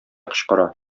кычкыра